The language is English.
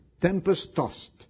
tempest-tossed